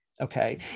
Okay